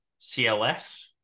CLS